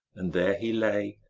and there he lay,